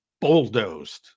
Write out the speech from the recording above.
bulldozed